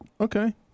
Okay